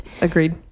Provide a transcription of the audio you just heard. Agreed